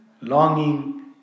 longing